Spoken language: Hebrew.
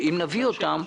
אם נביא אותן,